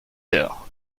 heures